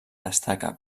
destaca